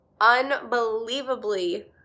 unbelievably